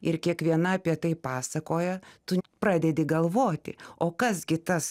ir kiekviena apie tai pasakoja tu pradedi galvoti o kas gi tas